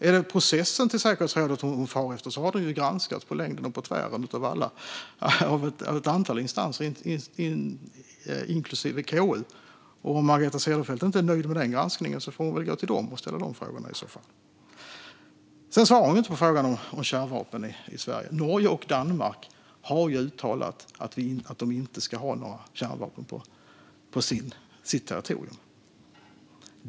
Är det processen för ansökan till säkerhetsrådet hon far efter har den ju granskats på längden och tvären av ett antal instanser, inklusive KU. Om Margareta Cederfelt inte är nöjd med den granskningen får hon väl gå till KU och ställa dessa frågor. Margareta Cederfelt svarar inte på frågan om kärnvapen i Sverige. Norge och Danmark har uttalat att de inte ska ha några kärnvapen på sitt territorium.